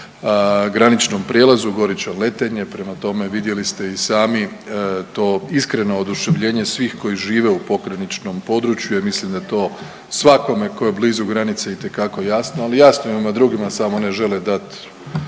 graničnom prijelazu Goričan-Letenje. Prema tome, vidjeli ste i sami to iskreno oduševljenje svih koji žive u pograničnom području jer mislim da to svakome tko je blizu granice itekako jasno, ali jasno je onda i drugima samo ne žele dati